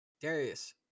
Darius